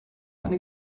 eine